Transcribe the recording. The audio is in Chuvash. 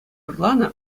ырланӑ